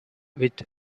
with